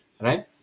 Right